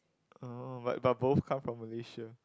oh but but both come from Malaysia